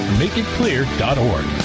makeitclear.org